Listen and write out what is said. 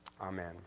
Amen